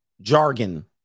jargon